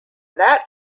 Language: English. that